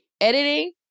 editing